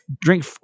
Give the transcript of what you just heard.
drink